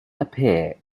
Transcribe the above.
appear